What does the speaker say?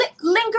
Linger